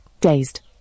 dazed